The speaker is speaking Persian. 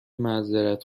معذرت